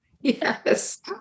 Yes